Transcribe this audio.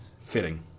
Fitting